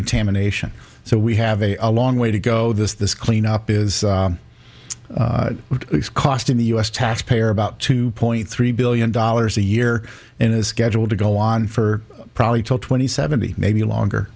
contamination so we have a long way to go this this clean up is what it's costing the u s taxpayer about two point three billion dollars a year and is scheduled to go on for probably twenty seventy maybe longer